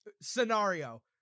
scenario